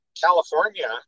california